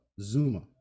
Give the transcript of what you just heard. zuma